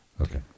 Okay